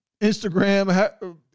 Instagram